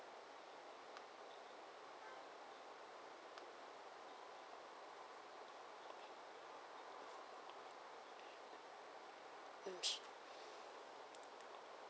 mm su~